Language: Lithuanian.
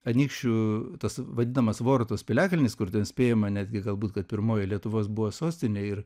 anykščių tas vadinamas vorutos piliakalnis kur ten spėjama netgi galbūt kad pirmoji lietuvos buvo sostinė ir